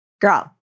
Girl